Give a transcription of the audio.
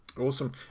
Awesome